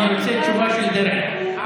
לא,